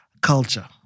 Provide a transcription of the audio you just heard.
culture